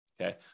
Okay